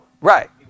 Right